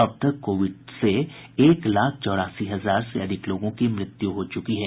अब तक कोविड से एक लाख चौरासी हजार से अधिक लोगों की मृत्यु हो चुकी है